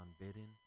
unbidden